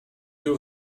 deux